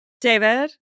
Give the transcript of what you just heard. David